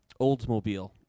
Oldsmobile